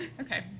Okay